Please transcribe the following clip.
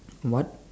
what